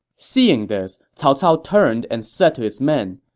seeing this, cao cao turned and said to his men,